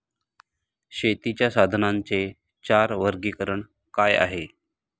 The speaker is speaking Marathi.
शेतीच्या साधनांचे चार वर्गीकरण काय आहे?